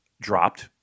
dropped